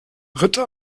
ritter